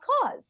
cause